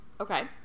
Okay